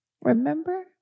Remember